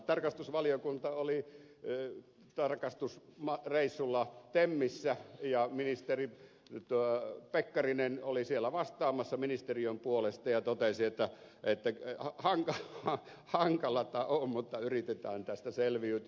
tarkastusvaliokunta oli tarkastusreissulla temmissä ja ministeri pekkarinen oli siellä vastaamassa ministeriön puolesta ja totesi että hankalata on mutta yritetään tästä selviytyä